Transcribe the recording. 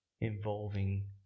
involving